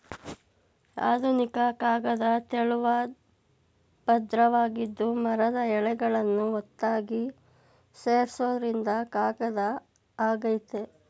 ಆಧುನಿಕ ಕಾಗದ ತೆಳುವಾದ್ ಪದ್ರವಾಗಿದ್ದು ಮರದ ಎಳೆಗಳನ್ನು ಒತ್ತಾಗಿ ಸೇರ್ಸೋದ್ರಿಂದ ಕಾಗದ ಆಗಯ್ತೆ